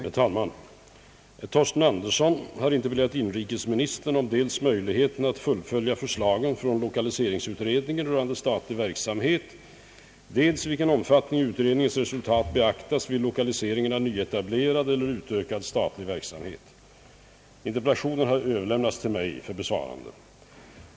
Herr talman! Herr Torsten Andersson har interpellerat inrikesministern om dels möjligheterna att fullfölja förslagen från = lokaliseringsutredningen rörande statlig verksamhet, dels i vilken omfattning utredningens resultat beaktas vid lokalisering av nyetablerad eller utökad statlig verksamhet. Interpellationen har överlämnats till mig för besvarande.